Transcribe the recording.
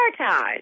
prioritize